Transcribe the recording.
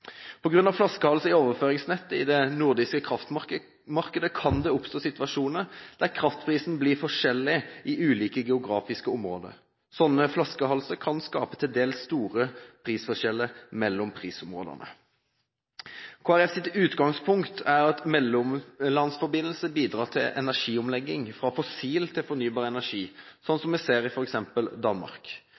i overføringsnettet i det nordiske kraftmarkedet kan det oppstå situasjoner der kraftprisen blir forskjellig i ulike geografiske områder. Sånne flaskehalser kan skape til dels store prisforskjeller mellom prisområdene. Kristelig Folkepartis utgangspunkt er at mellomlandsforbindelser bidrar til energiomlegging fra fossil til fornybar energi, sånn som vi ser i f.eks. Danmark.